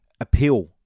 appeal